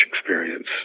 experience